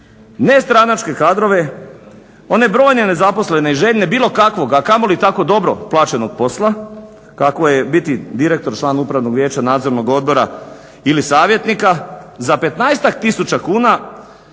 nestranačke kadrove, one brojne nezaposlene i željne bilo kakvog, a kamoli tako dobro plaćenog posla kako je biti direktor, član upravnog vijeća, nadzornog odbora ili savjetnika za 15-tak